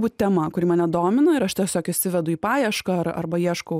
va tema kuri mane domina ir aš tiesiog išsivedu į paiešką ar arba ieškau